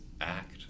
act